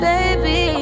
Baby